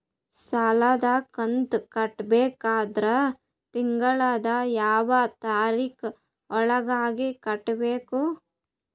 ಸಾಲದ ಕಂತು ಕಟ್ಟಬೇಕಾದರ ತಿಂಗಳದ ಯಾವ ತಾರೀಖ ಒಳಗಾಗಿ ಕಟ್ಟಬೇಕು?